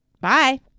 Bye